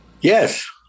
Yes